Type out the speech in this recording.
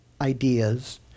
Ideas